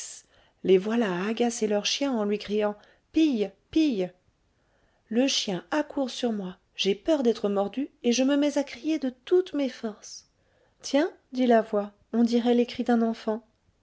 les voilà à agacer leur chien en lui criant pille pille le chien accourt sur moi j'ai peur d'être mordue et je me mets à crier de toutes mes forces tiens dit la voix on dirait les cris d'un enfant